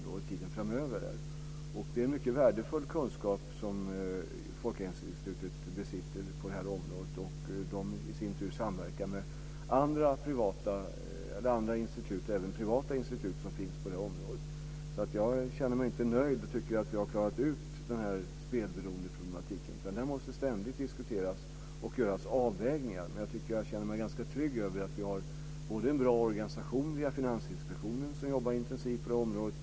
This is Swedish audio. Folkhälsoinstitutet besitter mycket värdefull kunskap och samverkar i sin tur med andra institut på området, även privata. Jag känner mig inte nöjd. Jag tycker inte att vi har klarat ut spelberoendeproblematiken. Den måste ständigt diskuteras och man måste göra avvägningar. Jag känner mig ändå ganska trygg. Vi har en bra organisation via Finansinspektionen, som jobbar intensivt på området.